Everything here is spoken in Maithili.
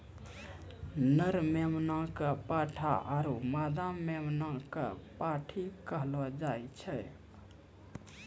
नर मेमना कॅ पाठा आरो मादा मेमना कॅ पांठी कहलो जाय छै